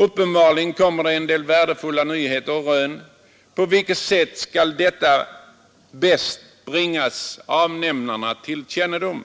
Uppenbarligen kommer det en del värdefulla nyheter och rön. På vilket sätt skall dessa bäst bringas avnämarna till kännedom?